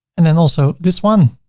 and then also this one.